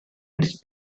its